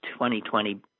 2020